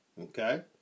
Okay